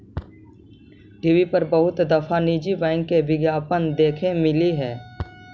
TV पर बहुत दफा निजी बैंक के विज्ञापन देखे मिला हई